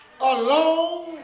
alone